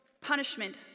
punishment